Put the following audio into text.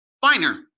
finer